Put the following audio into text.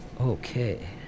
Okay